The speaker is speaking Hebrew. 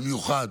במיוחד